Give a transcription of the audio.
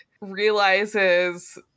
realizes